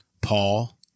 Paul